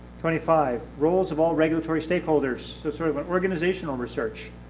twenty five, roles of all regulatory stakeholders, sort of an organizational research.